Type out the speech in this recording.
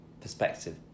perspective